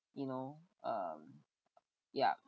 you know um yeah